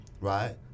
right